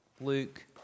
Luke